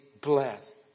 blessed